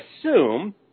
assume